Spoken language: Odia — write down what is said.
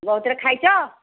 ବହୁତ ଥର ଖାଇଛ